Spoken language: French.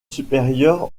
supérieur